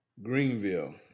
greenville